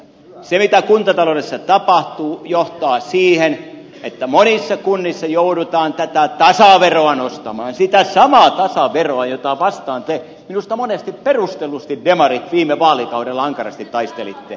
se mitä kuntataloudessa tapahtuu johtaa siihen että monissa kunnissa joudutaan tätä tasaveroa nostamaan sitä samaa tasaveroa jota vastaan te minusta monesti perustellusti demarit viime vaalikaudella ankarasti taistelitte